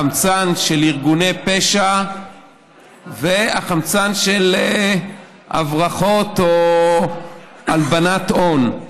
החמצן של ארגוני פשע והחמצן של הברחות או הלבנת הון.